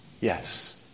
Yes